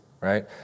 right